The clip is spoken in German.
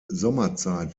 sommerzeit